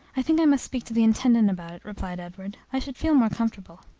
i think i must speak to the intendant about it, replied edward i should feel more comfortable.